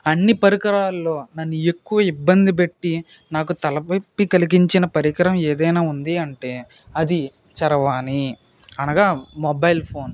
అన్ని పరికరాల్లో నన్ను ఎక్కువ ఇబ్బంది పెట్టి నాకు తలనొప్పి కలిగించిన పరికరం ఏదైనా ఉంది అంటే అది చరవాణి అనగా మొబైల్ ఫోన్